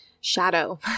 shadow